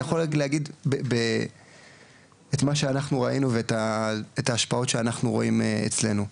אני יכול להגיד את מה שאנחנו ראינו ואת ההשפעות שאנחנו רואים אצלנו,